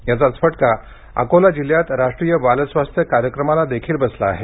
याचाच फटका अकोला जिल्ह्यात राष्ट्रीय बालस्वास्थ्य कार्यक्रमालाही बसला आहे